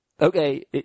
Okay